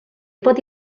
pot